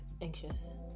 anxious